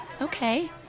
Okay